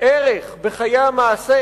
ערך בחיי המעשה,